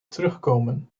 terugkomen